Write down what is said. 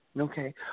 okay